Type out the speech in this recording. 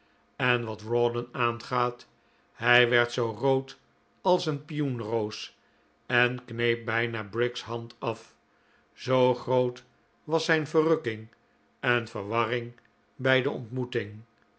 en wat rawdon aangaat hij werd zoo rood als een pioenroos en kneep bijna briggs hand af zoo groot was zijn verrukking en verwarring bij de ontmoeting